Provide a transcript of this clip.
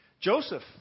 Joseph